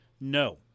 No